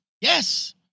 Yes